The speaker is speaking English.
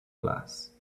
glass